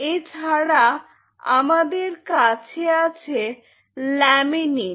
এছাড়া আমাদের কাছে আছে ল্যামিনিন